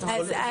נכון?